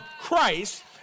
Christ